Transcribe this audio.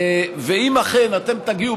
ואם אכן אתם תגיעו,